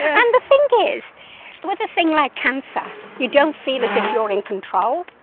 and the thing is with a thing like cancer you don't feel as if you're in control,